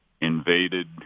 invaded